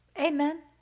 Amen